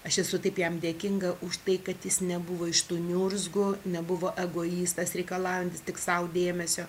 aš esu taip jam dėkinga už tai kad jis nebuvo iš tų niurzgų nebuvo egoistas reikalaujantis tik sau dėmesio